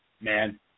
Man